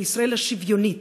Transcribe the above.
של ישראל השוויונית,